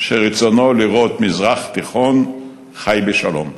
שרצונו הוא לראות מזרח תיכון החי בשלום.